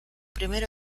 primer